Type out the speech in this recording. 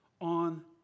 on